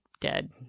dead